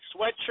sweatshirt